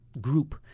group